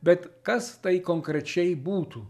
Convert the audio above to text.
bet kas tai konkrečiai būtų